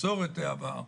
מסורת העבר,